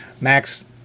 max